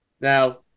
Now